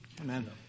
Amen